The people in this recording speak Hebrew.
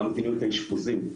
מה מדיניות האשפוזים?